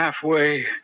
Halfway